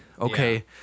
Okay